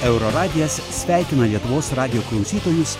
euro radijas sveikina lietuvos radijo klausytojus